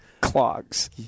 Clogs